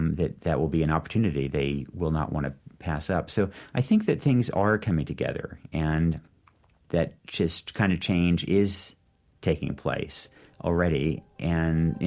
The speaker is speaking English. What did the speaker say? um that that will be an opportunity they will not want to pass up. so i think that things are coming together and that this kind of change is taking place already. and you